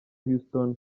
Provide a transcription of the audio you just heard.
houston